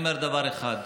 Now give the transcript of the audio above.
דבר אחד: